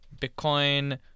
Bitcoin